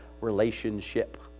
relationship